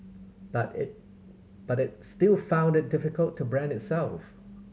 but it but it still found it difficult to brand itself